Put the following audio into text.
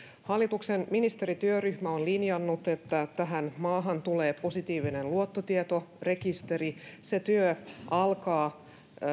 hallituksen ministerityöryhmä on linjannut että että tähän maahan tulee positiivinen luottotietorekisteri se työ alkaa